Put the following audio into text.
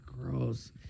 gross